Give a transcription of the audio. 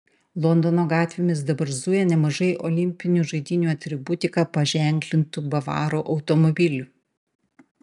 londono gatvėmis dabar zuja nemažai olimpinių žaidynių atributika paženklintų bavarų automobilių